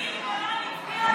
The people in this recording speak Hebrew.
יאיר גולן ישב כאן.